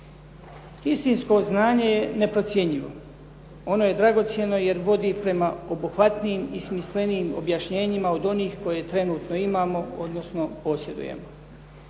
Istinsko znanje je neprocjenjivo, ono je dragocjeno jer vodi prema obuhvatnijim i smislenijim objašnjenjima od onih koje trenutno imamo, odnosno posjedujemo.